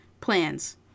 plans